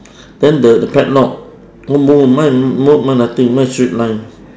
then the the padlock mou mou mine mine no nothing mine straight line